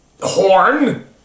...Horn